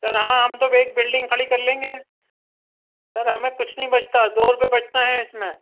سر ہاں ہم تو ایک بلڈنگ کھڑی کر لیں گے سر ہمیں کچھ نہیں بچتا دو روپئے بچتے ہیں اِس میں